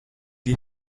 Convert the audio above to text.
you